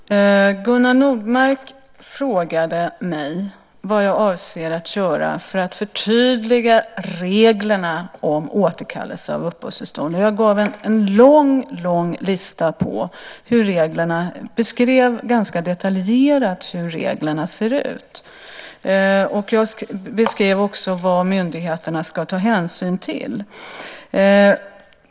Herr talman! Gunnar Nordmark frågade mig vad jag avser att göra för att förtydliga reglerna om återkallande av uppehållstillstånd. Jag gav en lång lista och beskrev ganska detaljerat hur reglerna ser ut. Jag beskrev också vad myndigheterna ska ta hänsyn till.